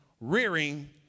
rearing